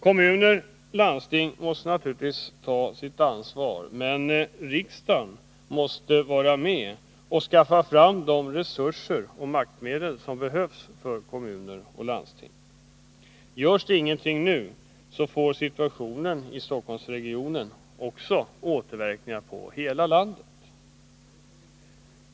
Kommuner och landsting måste naturligtvis ta sitt ansvar, men riksdagen måste hjälpa till att skaffa fram de resurser och maktmedel som dessa behöver. Görs inget nu får situationen i Stockholmsregionen återverkningar på hela landet.